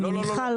אני מניחה,